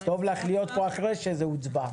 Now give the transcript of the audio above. טוב לך להיות פה אחרי שזה הוצבע.